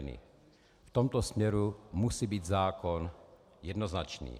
V tomto směru musí být zákon jednoznačný.